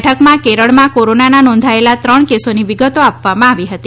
બેઠકમાં કેરળમાં કોરોનાના નોંધાયેલા ત્રણ કેસોની વિગતો આપવામાં આવી હતી